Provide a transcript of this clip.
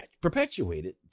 perpetuated